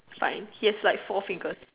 fine he has like four fingers